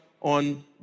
on